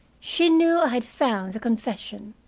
she knew i had found the confession.